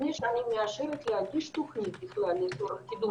לפני שאני מאשרת להגיש תוכנית בכלל לצורך קידום